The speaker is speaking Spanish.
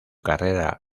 carrera